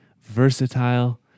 versatile